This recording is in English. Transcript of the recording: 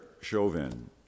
Chauvin